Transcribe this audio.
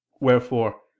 wherefore